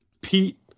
Pete